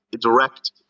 direct